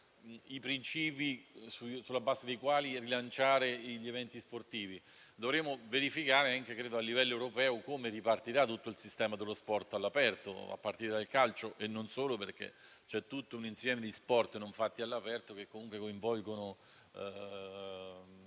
i principi sulla base dei quali rilanciare gli eventi sportivi. Dovremo verificare, anche a livello europeo, come ripartirà tutto il sistema dello sport all'aperto, a partire dal calcio e non solo. Infatti, c'è tutto un insieme di sport non praticati all'aperto che coinvolgono